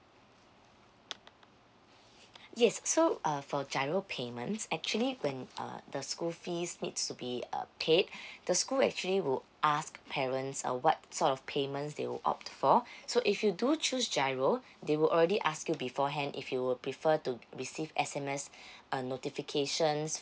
yes so uh for G_I_R_O payments actually when uh the school fees needs to be uh paid the school actually will ask parents uh what sort of payments they will opt for so if you do choose G_I_R_O they would already ask you beforehand if you would prefer to receive S_M_S uh notifications